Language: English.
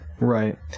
Right